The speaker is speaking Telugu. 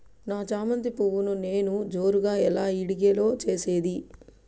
నా చామంతి పువ్వును నేను జోరుగా ఎలా ఇడిగే లో చేసేది?